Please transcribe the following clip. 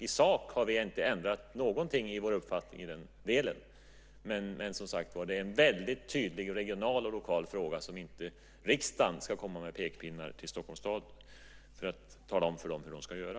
I sak har vi inte ändrat någonting i vår uppfattning i den delen. Men det är en väldigt tydlig regional och lokal fråga där inte riksdagen ska komma med pekpinnar till Stockholms stad för att tala om för dem hur de ska göra.